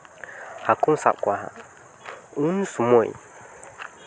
ᱦᱟᱹᱠᱩᱢ ᱥᱟᱵ ᱠᱚᱣᱟ ᱦᱟᱸᱜ ᱩᱱ ᱥᱚᱢᱚᱭ